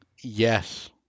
Yes